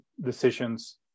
decisions